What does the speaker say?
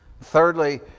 Thirdly